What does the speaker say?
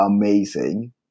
amazing